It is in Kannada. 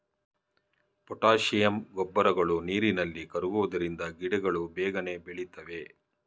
ಪೊಟ್ಯಾಶಿಯಂ ಗೊಬ್ಬರಗಳು ನೀರಿನಲ್ಲಿ ಕರಗುವುದರಿಂದ ಗಿಡಗಳು ಬೇಗನೆ ಬೆಳಿತವೆ